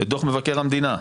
את דוח מבקר המדינה.